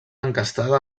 encastada